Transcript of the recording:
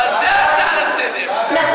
ועל זה ההצעה לסדר-היום,